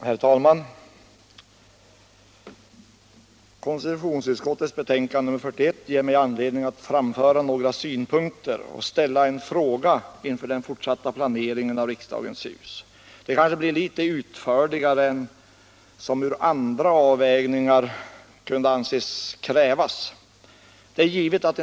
Herr talman! Konstitutionsutskottets betänkande nr 41 ger mig anledning att framföra några synpunkter och ställa en fråga inför den fortsatta planeringen av riksdagens hus. Mitt anförande blir kanske litet utförligare än vad som med andra övervägningar kan anses rimligt att kräva.